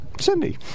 Cindy